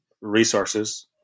resources